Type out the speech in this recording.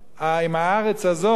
אם הארץ הזאת